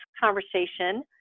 conversation